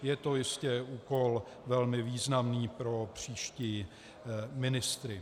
Je to jistě úkol velmi významný pro příští ministry.